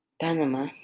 Panama